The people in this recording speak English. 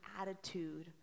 attitude